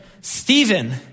Stephen